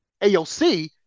AOC